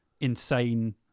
insane